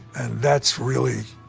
and that's really,